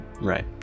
Right